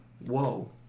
Whoa